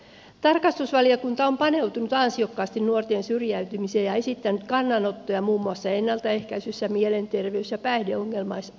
tarkastusvaliokunta on paneutunut ansiokkaasti nuorten syrjäytymiseen ja esittänyt kannanottoja muun muassa ennaltaehkäisyssä mielenterveys ja päihdeongelmaisasioissa